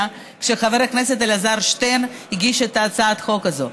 כשחבר הכנסת אלעזר שטרן הגיש את הצעת החוק הזאת.